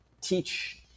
teach